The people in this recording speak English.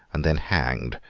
and then hanged,